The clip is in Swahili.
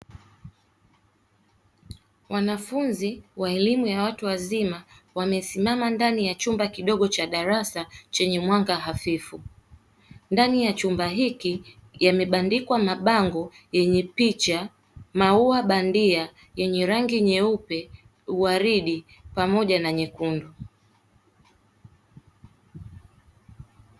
Wanafunzi wa elimu ya watu wazima wamesimama ndani ya chumba kidogo cha darasa chenye mwanga hafifu. Ndani ya chumba hichi yamebandikwa mabango yenye picha, maua bandia yenye rangi nyeupe, uwaridi pamoja na nyekundu.